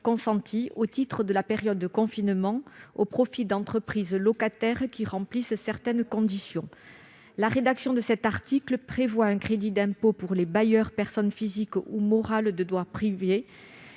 consentis, au titre de la période de confinement, au profit d'entreprises locataires qui remplissent certaines conditions. La rédaction de cet article prévoit un crédit d'impôt pour les « bailleurs, personnes physiques ou morales de droit privé